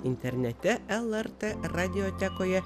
internete lrt radiotekoje